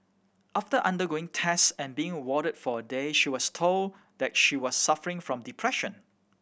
after undergoing test and being warded for a day she was told that she was suffering from depression